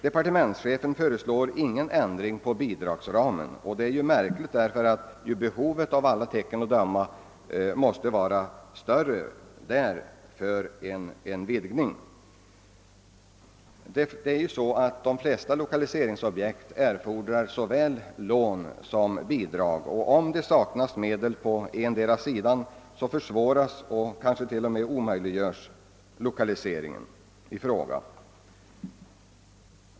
Departementschefen föreslår däremot ingen ändring av bidragsramen. Det är märkligt eftersom behovet av en vidgning i detta avseende av alla tecken att döma måste vara minst lika behövlig. För de flesta lokaliseringsobjekt erfordras såväl lån som bidrag. Om det saknas medel i endera avseendet försvåras och kanske till och med omöjliggörs lokaliseringen i fråga.